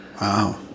wow